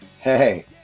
Hey